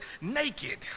naked